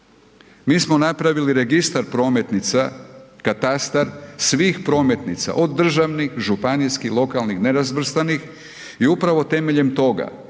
Mi smo napravili registar prometnica katastar svih prometnica od državnih, županijskih, lokalnih, nerazvrstanih i upravo temeljem toga